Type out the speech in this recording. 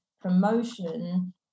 promotion